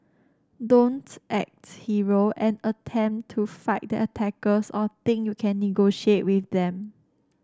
don't acts hero and attempt to fight the attackers or think you can negotiate with them